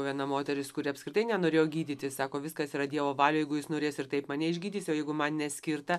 viena moteris kuri apskritai nenorėjo gydyti sako viskas yra dievo valioj jeigu jis norės ir taip mane išgydys o jeigu man neskirta